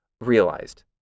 realized